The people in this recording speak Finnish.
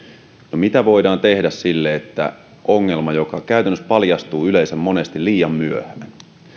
mitä voidaan tehdä sille että ongelma käytännössä paljastuu yleensä monesti liian myöhään